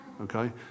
Okay